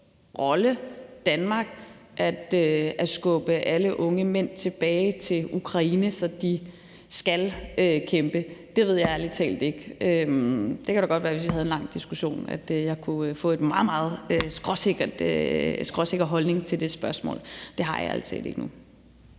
rolle i Danmark at skubbe alle unge mænd tilbage til Ukraine, så de skal kæmpe. Det ved jeg ærlig talt ikke. Det kan da godt være, at jeg, hvis vi havde en lang diskussion, kunne få en meget, meget skråsikker holdning til det spørgsmål. Det har jeg ærlig talt ikke nu.